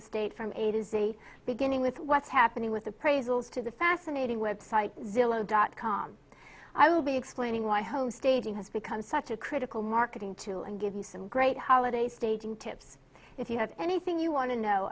estate from eight is a beginning with what's happening with appraisals to the fascinating web site zillow dot com i will be explaining why home staging has become such a critical marketing tool and give you some great holiday staging tips if you have anything you want to know